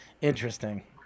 Interesting